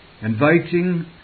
inviting